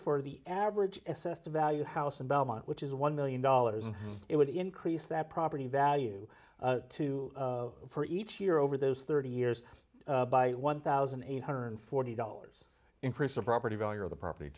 for the average assessed value house in belmont which is one million dollars and it would increase that property value to for each year over those thirty years by one thousand eight hundred forty dollars increase the property value of the property